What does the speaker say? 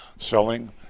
selling